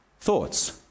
thoughts